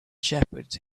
shepherds